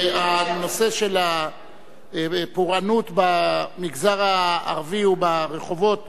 נושא הפורענות במגזר הערבי וברחובות